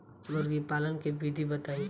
मुर्गीपालन के विधी बताई?